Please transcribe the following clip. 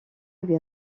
lui